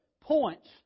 points